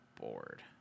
bored